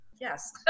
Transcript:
Yes